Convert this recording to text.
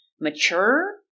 mature